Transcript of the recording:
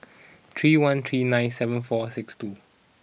three one three nine seven four six two